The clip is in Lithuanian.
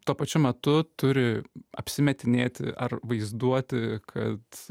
tuo pačiu metu turi apsimetinėti ar vaizduoti kad